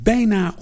Bijna